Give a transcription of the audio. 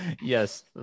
Yes